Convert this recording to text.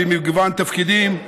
במגוון תפקידים,